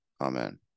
Amen